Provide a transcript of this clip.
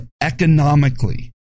economically